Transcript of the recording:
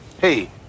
hey